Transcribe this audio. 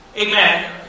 Amen